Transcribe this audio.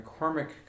McCormick